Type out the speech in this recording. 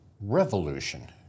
revolution